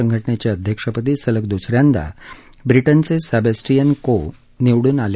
संघटनेच्या अध्यक्षपदी सलग दुसऱ्यांदा ब्रिटनचे सेबॅस्टियन को निवडून आले